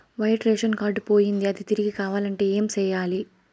white ration card పోయింది అది తిరిగి కావాలంటే ఏం సేయాలి